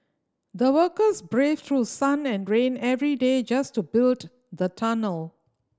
the workers braved through sun and rain every day just to build the tunnel